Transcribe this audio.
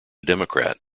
democrat